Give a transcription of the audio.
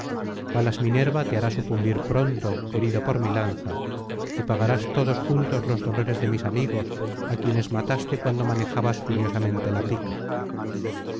palas minerva te hará sucumbir pronto herido por mi lanza y pagarás todos juntos los dolores de mis amigos á quienes mataste cuando manejabas furiosamente la pica